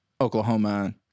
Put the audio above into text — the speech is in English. Oklahoma